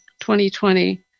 2020